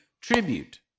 tribute